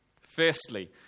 Firstly